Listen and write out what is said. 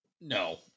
No